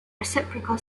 reciprocal